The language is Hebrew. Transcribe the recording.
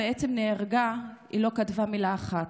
מאז שהבת שלה נהרגה היא לא כתבה מילה אחת,